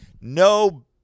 No